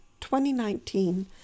2019